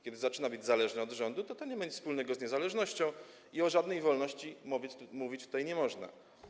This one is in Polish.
Kiedy zaczyna być zależna od rządu, to to nie ma nic wspólnego z niezależnością i o żadnej wolności mówić tutaj nie można.